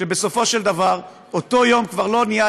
שבסופו של דבר אותו יום כבר לא יהיה